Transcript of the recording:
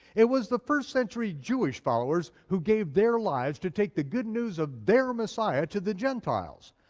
it was the first century jewish followers who gave their lives to take the good news of their messiah to the gentiles.